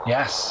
Yes